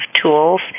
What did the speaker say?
tools